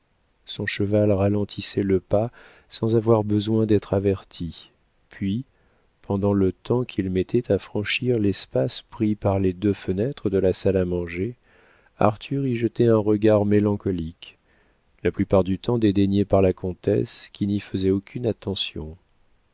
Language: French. son cheval ralentissait le pas sans avoir besoin d'être averti puis pendant le temps qu'il mettait à franchir l'espace pris par les deux fenêtres de la salle à manger arthur y jetait un regard mélancolique la plupart du temps dédaigné par la comtesse qui n'y faisait aucune attention